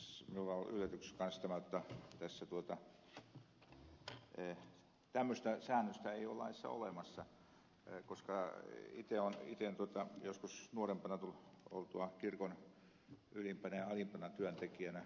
minulle on yllätys kanssa tämä että tämmöistä säännöstä ei ole laissa olemassa koska itse on joskus nuorempana tullut oltua kirkon ylimpänä ja alimpana työntekijänä